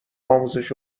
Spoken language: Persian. آموزش